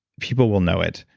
people will know it.